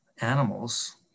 animals